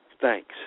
thanks